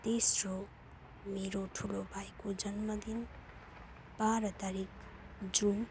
तेस्रो मेरो ठुलो भाइको जन्मदिन बाह्र तारिक जुन